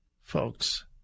Folks